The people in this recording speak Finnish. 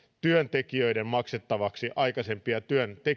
työntekijöiden maksettavaksi aikaisempia